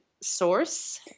source